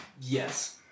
Yes